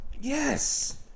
Yes